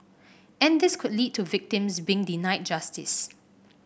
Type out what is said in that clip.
and this could lead to victims being denied justice